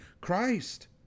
Christ